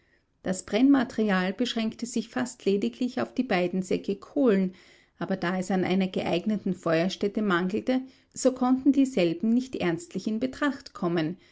das brennmaterial beschränkte sich fast lediglich auf die beiden säcke kohlen aber da es an einer geeigneten feuerstätte mangelte so konnten dieselben nicht ernstlich in betracht kommen